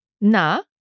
Na